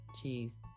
Cheese